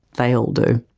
they all do,